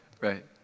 Right